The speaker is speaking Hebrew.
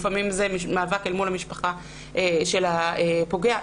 לפעמים זה מאבק מול המשפחה של הפוגע.